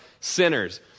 sinners